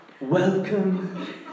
Welcome